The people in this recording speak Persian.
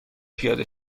پیاده